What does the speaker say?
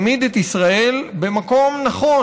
העמיד את ישראל במקום נכון,